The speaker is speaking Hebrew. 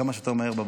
כמה שיותר מהר.